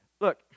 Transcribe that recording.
Look